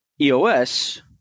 EOS